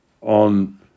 on